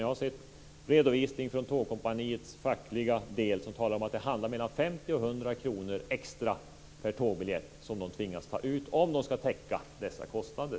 Jag har sett en redovisning från Tågkompaniets fackliga del som talar om att det handlar om mellan 50 kr och 100 kr extra per tågbiljett som man tvingas ta ut om man ska täcka dessa kostnader.